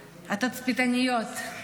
התצפיתניות,